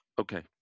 Okay